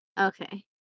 Okay